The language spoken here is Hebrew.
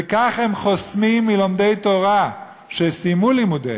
וכך הם חוסמים מלומדי תורה שסיימו לימודיהם,